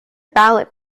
ballot